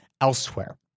elsewhere